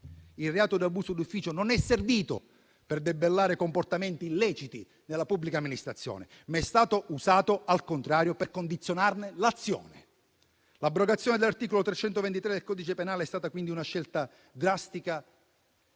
Il reato di abuso d'ufficio non è servito per debellare comportamenti illeciti nella pubblica amministrazione; ma è stato usato, al contrario, per condizionarne l'azione. L'abrogazione dell'articolo 323 del codice penale è stata quindi una scelta drastica,